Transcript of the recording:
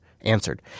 answered